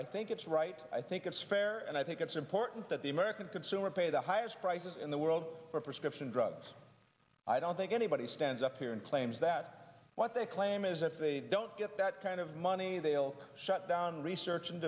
i think it's right i think it's fair and i think it's important that the american consumer pay the highest prices in the world for prescription drugs i don't think anybody stands up here and claims that what they claim is if they don't get that kind of money they will shut down research and